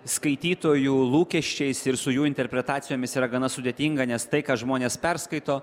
skaitytojų lūkesčiais ir su jų interpretacijomis yra gana sudėtinga nes tai ką žmonės perskaito